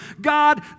God